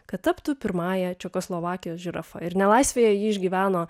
kad taptų pirmąja čekoslovakijos žirafa ir nelaisvėje ji išgyveno